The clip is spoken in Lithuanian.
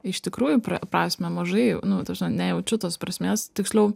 iš tikrųjų prasmę mažai nu ta prasme nejaučiu tos prasmės tiksliau